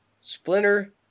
Splinter